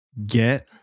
Get